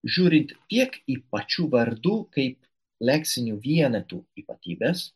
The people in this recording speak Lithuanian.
žiūrint tiek į pačių vardų kaip leksinių vienetų ypatybes